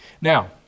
Now